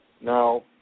Now